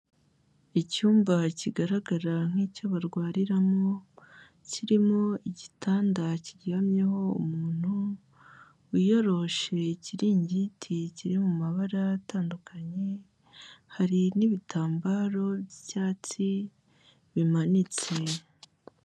Icyumba kigaragara nk'icyo barwariramo kirimo igitanda kiryamyeho umuntu wiyoroshe ikiringiti kiri mu mabara atandukanye, hari n'ibitambaro by'icyatsi bimanitse.